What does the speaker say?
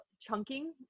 chunking